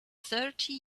thirty